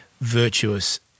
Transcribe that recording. virtuous